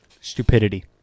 Stupidity